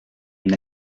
une